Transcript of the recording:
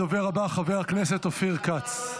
הדובר הבא, חבר הכנסת אופיר כץ.